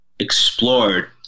explored